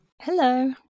Hello